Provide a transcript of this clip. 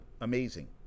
Amazing